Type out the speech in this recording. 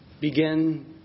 begin